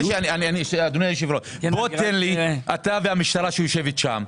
אדוני היושב-ראש, תן לי אתה והמשטרה שיושבת שם,